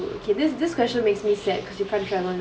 okay this this question makes me sad cause you can't travel